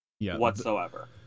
whatsoever